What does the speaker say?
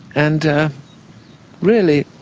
and really